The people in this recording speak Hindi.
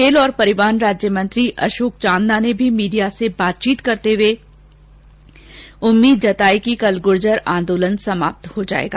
खेल और परिवहन राज्य मंत्री अशोक चांदना ने भी मीडिया से बातचीत करते हुए उम्मीद जताई की कल गुर्जर आंदोलन समाप्त हो जायेगा